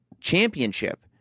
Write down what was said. championship